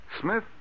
Smith